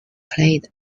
played